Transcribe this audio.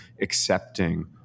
accepting